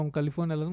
California